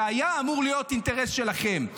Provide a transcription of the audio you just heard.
זה היה אמור להיות אינטרס שלכם.